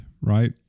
right